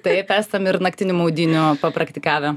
taip esam ir naktinių maudynių papraktikavę